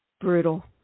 brutal